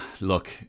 look